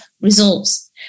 results